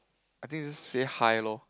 I think say hi loh